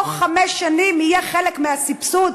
בתוך חמש שנים זה יהיה חלק מהסבסוד,